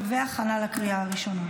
להכנה לקריאה הראשונה.